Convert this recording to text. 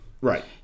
Right